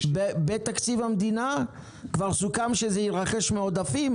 בתקציב המדינה כבר סוכם שזה יירכש מעודפים?